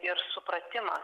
ir supratimas